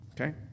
Okay